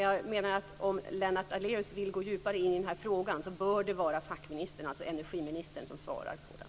Jag menar att om Lennart Daléus vill gå djupare in i den här frågan bör det vara fackministern, alltså energiministern, som svarar på den.